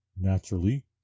naturally